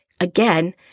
Again